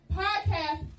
podcast